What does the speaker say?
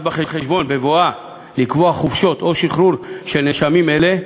בחשבון בבואה לקבוע חופשות או שחרור של נאשמים אלה,